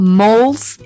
moles